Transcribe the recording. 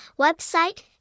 Website